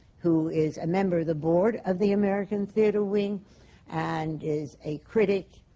who is a member of the board of the american theatre wing and is a critic,